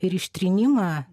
ir ištrynimą